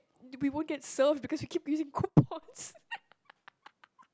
we won't get served because we keep using coupons